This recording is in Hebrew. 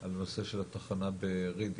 על הנושא של התחנה ברידינג.